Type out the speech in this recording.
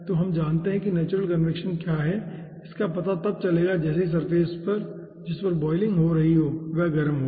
तो हम जानते हैं कि नेचुरल कन्वेक्शन क्या है इसका पता तब चलेगा जैसे ही सरफेस जिस पर बॉयलिंग हो रही है वह गर्म है